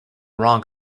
wrong